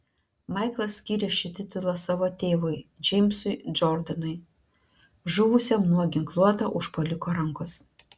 maiklas skyrė šį titulą savo tėvui džeimsui džordanui žuvusiam nuo ginkluoto užpuoliko rankos